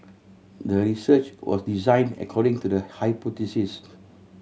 the research was designed according to the hypothesis